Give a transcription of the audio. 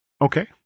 okay